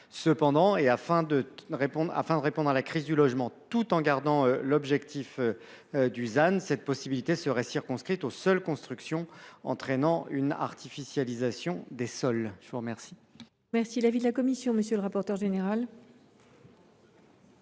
Cependant, afin de répondre à la crise du logement tout en maintenant l’objectif du ZAN, cette possibilité serait circonscrite aux seules constructions entraînant une artificialisation des sols. Quel